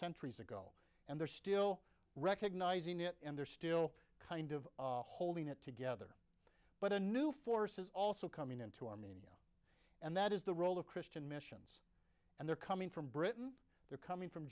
centuries ago and they're still recognizing it and they're still kind of holding it together but a new force is also coming into armenia and that is the role of christian missions and they're coming from britain they're coming from